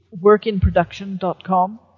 workinproduction.com